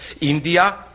India